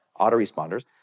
autoresponders